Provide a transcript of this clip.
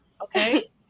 Okay